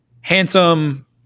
Handsome